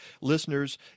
listeners